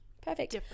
Perfect